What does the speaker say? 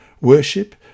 Worship